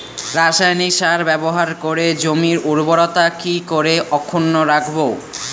রাসায়নিক সার ব্যবহার করে জমির উর্বরতা কি করে অক্ষুণ্ন রাখবো